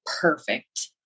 perfect